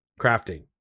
crafting